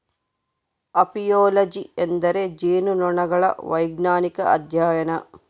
apiology ಎಂದರೆ ಜೇನುನೊಣಗಳ ವೈಜ್ಞಾನಿಕ ಅಧ್ಯಯನ